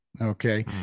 Okay